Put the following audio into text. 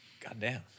Goddamn